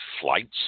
flights